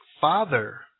Father